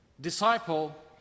disciple